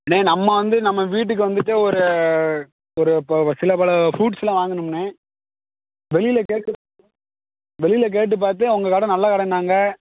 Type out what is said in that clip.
அண்ணே நம்ம வந்து நம்ம வீட்டுக்கு வந்துட்டு ஒரு ஒரு இப்போ சில பல ஃபுரூட்ஸ் எல்லாம் வாங்கணும்ண்ணே வெளியில் கேட்டு வெளியில் கேட்டுப் பார்த்தேன் உங்கள் கடை நல்ல கடைன்னாங்க